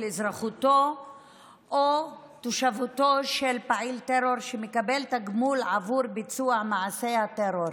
אזרחותו או תושבותו של פעיל טרור שמקבל תגמול עבור ביצוע מעשי הטרור.